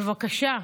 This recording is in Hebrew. בבקשה.